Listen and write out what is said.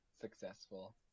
Successful